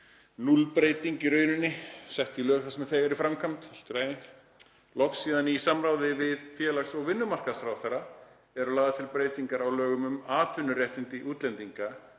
núllbreyting í rauninni, sett í lög það sem er þegar í framkvæmd, allt í lagi. Loks síðan í samráði við félags- og vinnumarkaðsráðherra eru lagðar til breytingar á lögum um atvinnuréttindi útlendinga